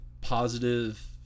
positive